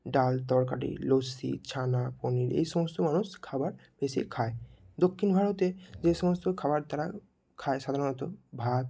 ডাল তরকারি লস্যি ছানা পনীর এই সমস্ত মানুষ খাবার বেশি খায় দক্ষিণ ভারতে যে সমস্ত খাবার তারা খায় সাধারণত ভাত